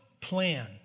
plan